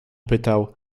pytał